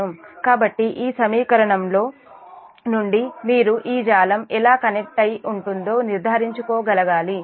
కాబట్టి ఈ సమీకరణలో నుండే మీరు ఈ జాలం ఎలా కనెక్ట్ అయ్యి ఉంటుందో నిర్ధారించుకోగలగాలి